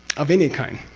of any kind,